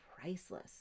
priceless